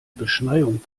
beschneiung